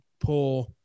poor